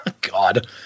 God